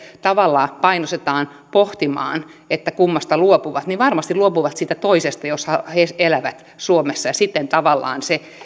tavallaan painostetaan pohtimaan kummasta luopuvat niin varmasti luopuvat siitä toisesta jos he elävät suomessa siten tavallaan se